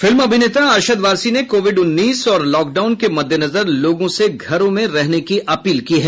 film अभिनेता अरशद वारसी ने covid उन्नीस और लॉकडाउन के मद्देनजर लोगों से घरों में रहने की अपील की है